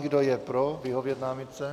Kdo je pro vyhovět námitce?